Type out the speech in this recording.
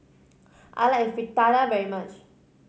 I like Fritada very much